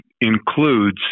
includes